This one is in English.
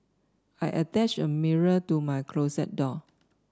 I attached a mirror to my closet door